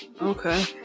Okay